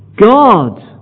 God